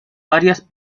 varias